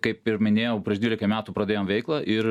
kaip ir minėjau prieš dvylikai metų pradėjom veiklą ir